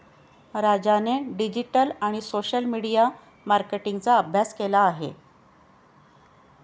राजाने डिजिटल आणि social media मार्केटिंगचा अभ्यास केला आहे